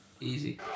Easy